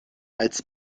als